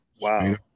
wow